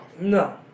No